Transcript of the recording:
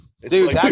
dude